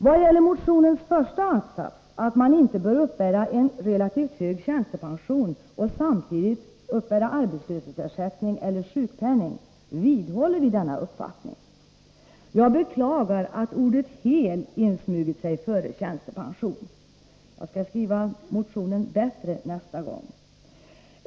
Vad gäller motionens första att-sats — att man inte bör uppbära en relativt hög tjänstepension och samtidigt uppbära arbetslöshetsersättning eller sjukpenning — vidhåller vi vår uppfattning. Jag beklagar att ordet ”hel” insmugit sig före ordet ”tjänstepension”. Jag skall skriva motionen bättre nästa gång.